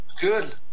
Good